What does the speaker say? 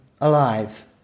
alive